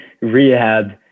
rehab